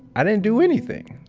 i didn't do anything.